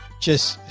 just